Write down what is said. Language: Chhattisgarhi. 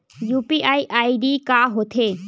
यू.पी.आई आई.डी का होथे?